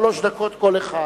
שלוש דקות כל אחד.